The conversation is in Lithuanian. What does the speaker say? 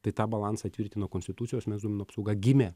tai tą balansą įtvirtino konstitucijos mes asmens duomenų apsauga gimė